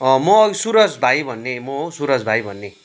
म अघि सूरज भाइ भन्ने म हौ सूरज भाइ भन्ने